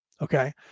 okay